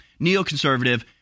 Neoconservative